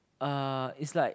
uh is like